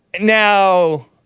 Now